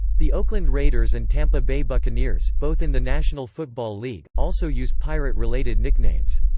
the oakland raiders and tampa bay buccaneers, both in the national football league, also use pirate-related nicknames.